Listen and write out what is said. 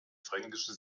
fränkische